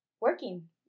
working